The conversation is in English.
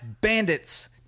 Bandits